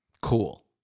Cool